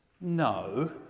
no